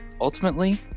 Ultimately